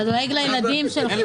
אתה דואג לילדים שלך.